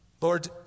Lord